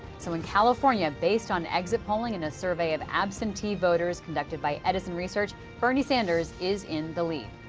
so in california, based on exit polling in a survey of absentee voters conducted by edison research, bernie sanders is in the lead.